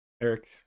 Eric